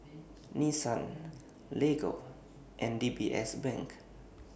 Nissan Lego and D B S Bank